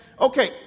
okay